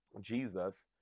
Jesus